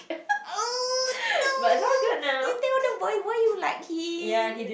oh no you tell the boy boy you like him